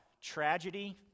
tragedy